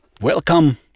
Welcome